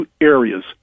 areas